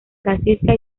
francisca